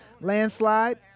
Landslide